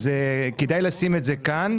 כדאי לשים את זה כאן.